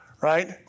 right